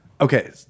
okay